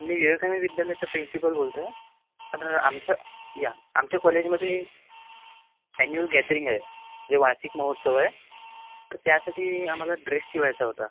मी विवेकानंद विद्यालयाचा प्रिंसिपल बोलतोय तर आमच्या या आमच्या कॉलेजमध्ये ॲन्युअल गॅदरिंग आहे म्हणजे वार्षिक महोत्सव आहे तर त्यासाठी आम्हाला ड्रेस शिवायचा होता